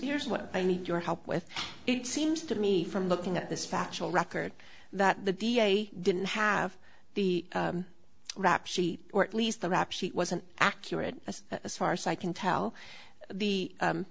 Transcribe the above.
here's what i need your help with it seems to me from looking at this factual record that the d a didn't have the rap sheet or at least the rap sheet wasn't accurate as as far as i can tell the